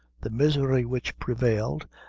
the misery which prevailed,